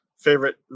favorite